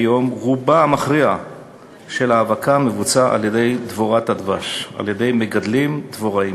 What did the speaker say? כיום הרוב המכריע של ההאבקה מבוצע על-ידי דבורת הדבש שמגדלים דבוראים.